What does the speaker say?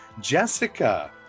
Jessica